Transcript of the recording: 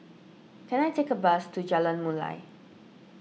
can I take a bus to Jalan Mulia